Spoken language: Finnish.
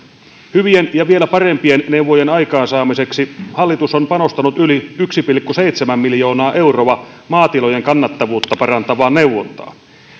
hyvien ja vielä parempien neuvojen aikaansaamiseksi hallitus on panostanut yli yksi pilkku seitsemän miljoonaa euroa maatilojen kannattavuutta parantavaan neuvontaan